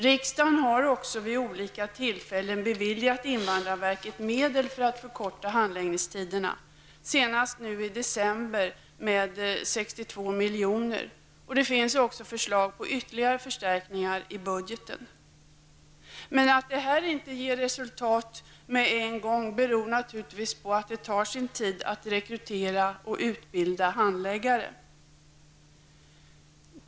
Riksdagen har också vid olika tillfällen beviljat invandrarverket medel för att förkorta handläggningstiderna, senast nu i december med 62 milj.kr. Det finns också förslag på ytterligare förstärkningar av budgeten. Att detta inte ger resultat med en gång beror naturligtvis på att det tar sin tid att rekrytera och utbilda handläggare.